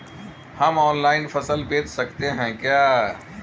हम ऑनलाइन फसल बेच सकते हैं क्या?